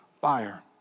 fire